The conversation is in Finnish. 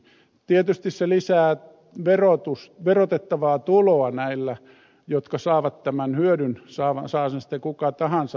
tietysti se lisää verotettavaa tuloa näillä jotka saavat tämän hyödyn saa sen sitten kuka tahansa